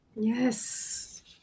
yes